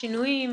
שינויים